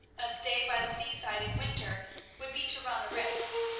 a stay by the seaside in winter would be to run a risk.